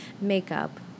makeup